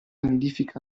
nidifica